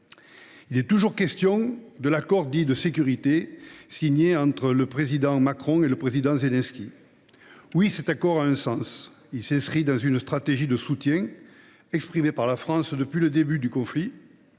Il est aujourd’hui question d’un accord dit de sécurité, signé entre le président Macron et le président Zelensky. Oui, cet accord a un sens : il s’inscrit dans la stratégie de soutien exprimée par la France depuis le début du conflit,